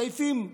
סעיפים יבשושיים.